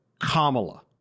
Kamala